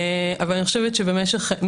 אבל אני חושבת שבמשך,